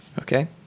Okay